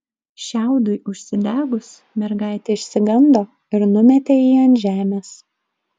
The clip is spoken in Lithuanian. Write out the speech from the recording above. šiaudui užsidegus mergaitė išsigando ir numetė jį ant žemės